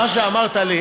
מה שאמרת לי